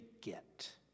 get